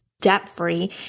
debt-free